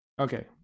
Okay